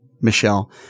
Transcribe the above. Michelle